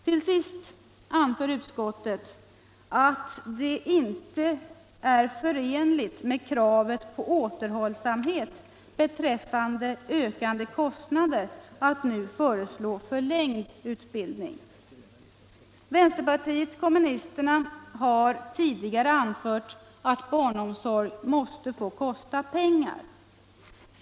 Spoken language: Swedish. Till sist anför utskottet: ”Det är inte förenligt med kravet på återhållsamhet beträffande ökade kostnader att nu föreslå en förlängd utbildning ---.” Vänsterpartiet kommunisterna har tidigare anfört att barnomsorg måste få kosta pengar.